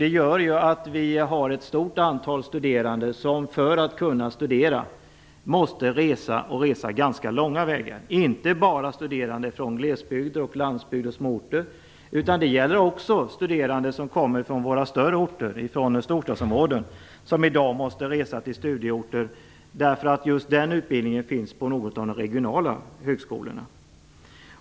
Det gör att vi har ett stort antal studerande som måste resa ganska långa vägar för att kunna studera. Det gäller inte bara studerande från glesbygder, landsbygder och småorter utan även studerande som kommer från större orter och storstadsområden. De måste i dag resa till andra studieorter därför att just den utbildning de vill ha finns på någon av de regionala högskolorna.